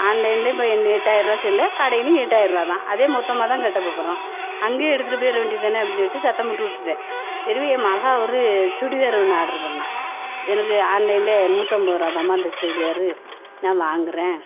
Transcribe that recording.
ஆன்லைனிலே இப்போ இந்த எட்டாயிரம் ரூபாய் செல்லை கடையிலேயும் எட்டாயிரம் ரூபாதான் அதே மொத்தமாகதான் கட்ட போகப் போகிறோம் அங்கேயே எடுத்துகிட்டு போயிட வேண்டிதானே அப்படின்னு சொல்லிட்டு சத்தம் போட்டு விட்டுட்டேன் திரும்பி என் மகள் ஒரு சுடிதார் ஒன்று ஆர்டர் பண்ணாள் என்னது ஆன்லைனில் நூற்றம்பது ரூபா தாம்மா இந்த சுடிதாரு நான் வாங்குகிறேன்